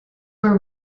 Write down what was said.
were